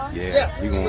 yes do you